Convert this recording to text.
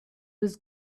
was